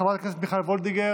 חברת הכנסת מיכל וולדיגר,